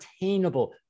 attainable